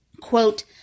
quote